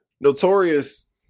Notorious